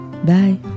Bye